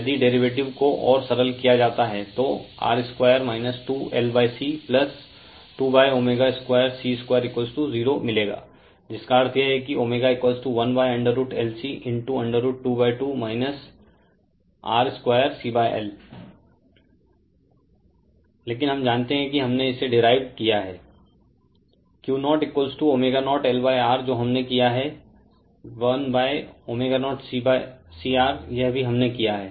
यदि डेरीवेटिव को और सरल किया जाता है तो R2 2 LC 2ω2 C 20 मिलेगा जिसका अर्थ यह है कि ω1√LC √22 R 2 CL Refer Slide Time 1447 लेकिन हम जानते हैं कि हमने इसे डिराइव्ड किया है Q0ω0 LR जो हमने किया है 1ω0 CR यह भी हमने किया है